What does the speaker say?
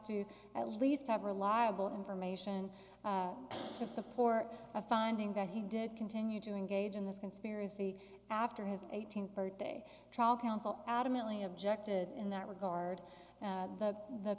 to at least have reliable information to support a finding that he did continue to engage in this conspiracy after his eighteenth birthday trial counsel adamantly objected in that regard